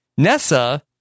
Nessa